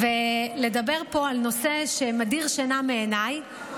ולדבר פה על נושא שמדיר שינה מעיניי.